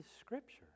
Scripture